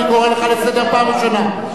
אני קורא לך לסדר פעם ראשונה.